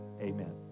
amen